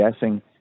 guessing